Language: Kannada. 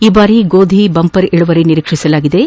ಈ ಬಾರಿ ಗೋಧಿ ಬಂಪರ್ ಇಳುವರಿ ನಿರೀಕ್ಷಿಸಲಾಗಿದ್ದು